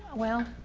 well,